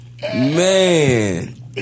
Man